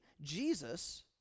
Jesus